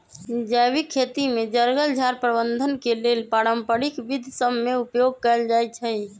जैविक खेती में जङगल झार प्रबंधन के लेल पारंपरिक विद्ध सभ में उपयोग कएल जाइ छइ